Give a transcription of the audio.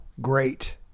great